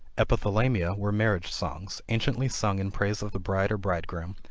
epithalamia were marriage songs, anciently sung in praise of the bride or bridegroom,